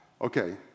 Okay